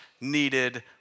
needed